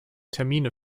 termine